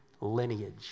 lineage